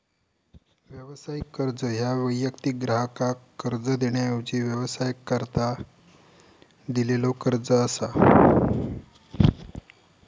व्यावसायिक कर्ज ह्या वैयक्तिक ग्राहकाक कर्ज देण्याऐवजी व्यवसायाकरता दिलेलो कर्ज असा